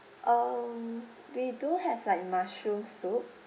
um we do have like mushroom soup